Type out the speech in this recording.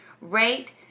Rate